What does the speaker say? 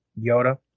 Yoda